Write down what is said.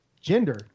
gender